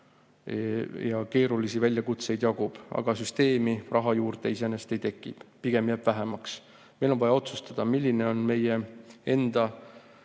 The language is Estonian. ja keerulisi väljakutseid jagub, aga süsteemi raha iseenesest juurde ei teki, pigem jääb seda vähemaks. Meil on vaja otsustada, milline on meie enda